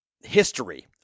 history